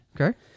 Okay